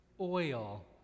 Oil